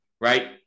Right